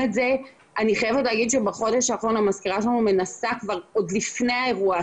חרום אחרי מקרה חרום ואין לנו את הפריבילגיה לא